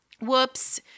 Whoops